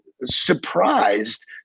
Surprised